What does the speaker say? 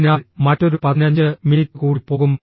അതിനാൽ മറ്റൊരു 15 മിനിറ്റ് കൂടി പോകും